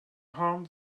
harm